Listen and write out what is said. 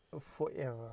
forever